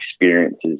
experiences